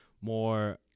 more